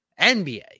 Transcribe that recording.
NBA